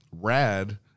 Rad